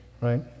right